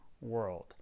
world